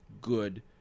good